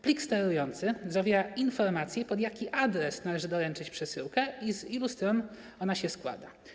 Plik sterujący zawiera informację, pod jaki adres należy doręczyć przesyłkę i z ilu stron ona się składa.